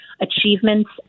achievements